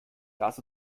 lass